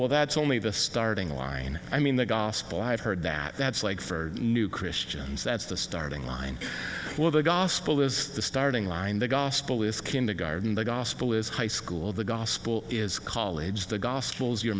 well that's only the starting line i mean the gospel i've heard that that's like for new christians that's the starting line for the gospel is the starting line the gospel is kindergarden the gospel is high school the gospel is college the gospels your